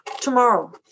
tomorrow